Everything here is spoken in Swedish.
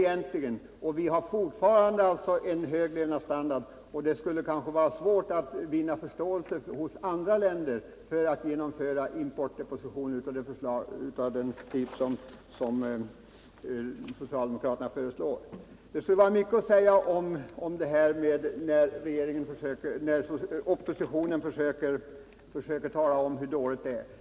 Vi har alltså fortfarande en hög levnadsstandard, och det skulle vara svårt för oss att vinna förståelse hos andra länder för ett genomförande av importdepositioner av den typ som socialdemokraterna föreslår. Det vore mycket mer att säga om det här, när nu oppositionen försöker tala om hur dåligt det är ställt.